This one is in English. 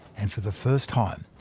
and for the first time,